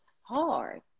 hard